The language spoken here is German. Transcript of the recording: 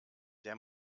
der